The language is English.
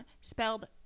spelled